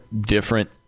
different